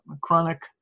chronic